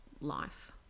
life